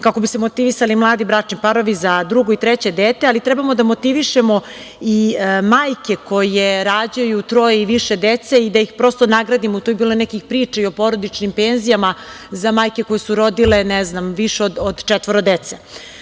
kako bi se motivisali mladi bračni parovi za drugo i treće dete, ali trebamo da motivišemo i majke koje rađaju troje i više dece i da ih prosto nagradimo. Tu je bilo nekih priča i o porodičnim penzijama za majke koje su rodile, ne znam, više od četvoro dece,